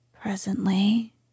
Presently